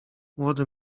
młody